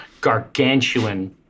gargantuan